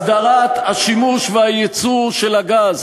הסדרת השימוש והייצוא של הגז,